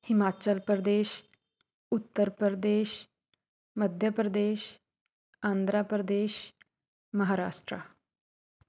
Himachal Pradesh Uttar Pradesh Madhya Pradesh Andhra Pradesh Maharashtra